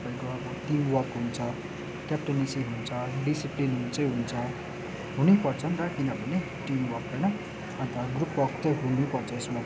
तपाईँको टिमवर्क हुन्छ क्याप्टन हुन्छ डिसिप्लिन हुन्छै हुन्छ हुनैपर्छ नि त किनभने टिमवर्क होइन अन्त ग्रुपवर्क चाहिँ हुनैपर्छ यसमा